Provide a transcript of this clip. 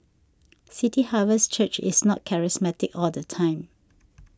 City Harvest Church is not charismatic all the time